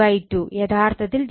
യഥാർത്ഥത്തിൽ j2 1 ആണ്